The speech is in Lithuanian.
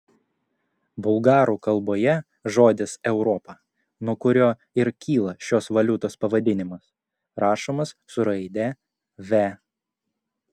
bulgarų kalboje žodis europa nuo kurio ir kyla šios valiutos pavadinimas rašomas su raide v